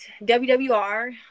WWR